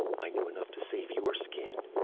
i knew enough to save your skin!